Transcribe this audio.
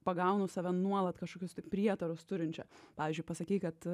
pagaunu save nuolat kažkokius tai prietarus turinčią pavyzdžiui pasakei kad